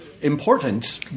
important